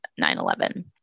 9-11